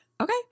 Okay